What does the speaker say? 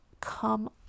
come